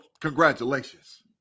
congratulations